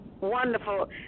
Wonderful